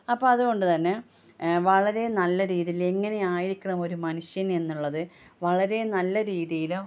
അപ്പോള് അതുകൊണ്ടുതന്നെ വളരെ നല്ല രീതിയിൽ എങ്ങനെയായിരിക്കണം ഒരു മനുഷ്യൻ എന്നുള്ളത് വളരെ നല്ല രീതിയിലും